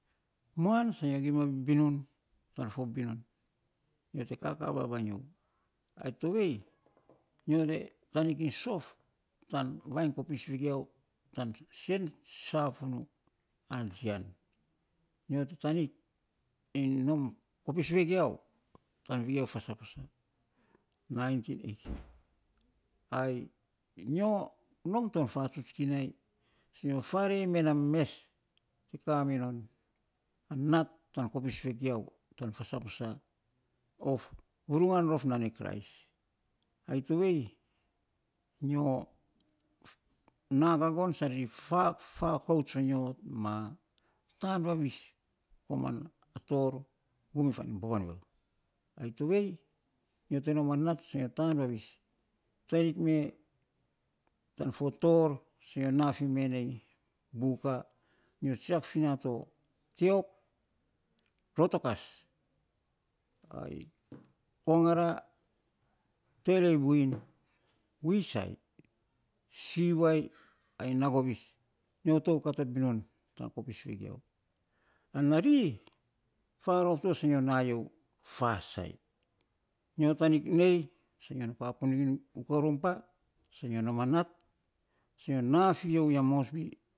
Muan sa nyo gima bibinun tana fo binun nyo te kakaa babainy yio, ai tovei nyote tanik iny sof tan vainy kopis vegiau tan sen safunuu ana jian, nyo te tanik iny nom kopis vagiau tan vegiau fa saposa naintin eitin ai nyo nom tan fatsuts kinai sai nyo faarei me na mes te ka minom a nat tan kopis vegiau tan fa saposa of vurugan rof nane kris ai tovei nyo na gagon sai ri fakouts vanyo ma tan vavis komana tor guminy fan iny bogenvil ai tovei. Nyo te nom a nat sa nyo tan vavis, tanik me tan fo tor sa nyo nafime nei buka. Nyo tsiak fi na to tiop, rotokas ai kongara, buin, wisai, siwai, ai nagovis. Nyo to kat a binun tan kopis vegiau, ana ri faarof to sa nyo nainyo farasai, nyo tanik nei sa nyo na ukarumpa sa nyo nom a nat sa nyo nafina ugia mosbi.